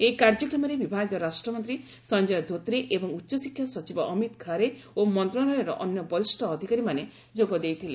ଏହି କାର୍ଯ୍ୟକ୍ମରେ ବିଭାଗୀୟ ରାଷ୍ଟମନ୍ତ୍ରୀ ସଞ୍ଜୟ ଧୋତେ ଏବଂ ଉଚ୍ଚଶିକ୍ଷା ସଚିବ ଅମିତ ଖାରେ ଓ ମନ୍ତ୍ରଶାଳୟର ଅନ୍ୟ ବରିଷ୍ଣ ଅଧିକାରୀମାନେ ଯୋଗଦେଇଥିଲେ